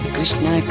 Krishna